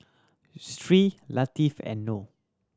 Sri Latifa and Noh